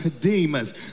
demons